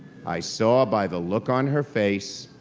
i saw by the look on her face,